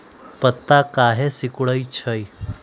पत्ता काहे सिकुड़े छई?